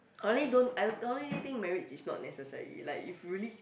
only don't I strongly think marriage is not necessary like if you really